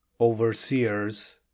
overseers